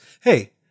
hey